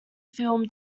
film